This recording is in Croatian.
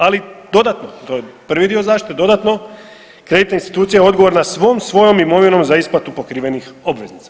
Ali dodatno, to je prvi dio zaštite, dodatno kreditna institucija je odgovorna svom svojom imovinom za isplatu pokrivenih obveznica.